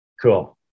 Cool